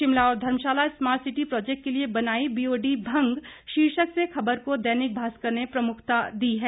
शिमला और Dharamshala smart city project के लिए बनाई बीओडी भंग शीर्षक से खबर को दैनिक भास्कर ने प्रमुखता दी है